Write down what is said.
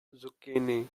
zucchini